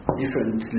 different